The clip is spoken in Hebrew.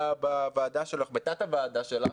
בוועדת המשנה בראשותך,